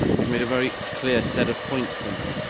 we've made a very clear set of points tonight,